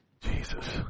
Jesus